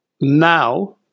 now